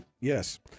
Yes